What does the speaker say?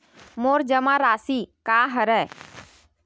मोर जमा राशि का हरय?